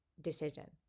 decision